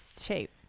shape